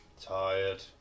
Tired